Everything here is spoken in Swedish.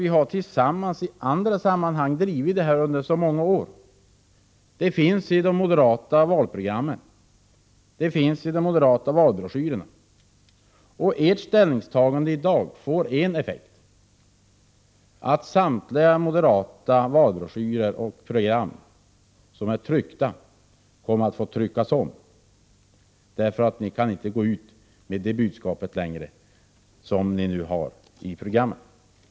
Vi har ju i andra sammanhang tillsammans drivit den här frågan under så många år, och den finns i de moderata valprogrammen och valbroschyrerna. Ert ställningsta gande i dag får en effekt: samtliga moderata valbroschyrer och program som är tryckta kommer att få tryckas om, därför att ni inte längre kan gå ut med det budskap som ni har i programmen.